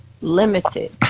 limited